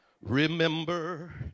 Remember